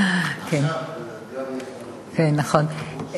עכשיו גם ליצמן, נכון.